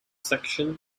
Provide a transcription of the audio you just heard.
section